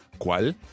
¿Cuál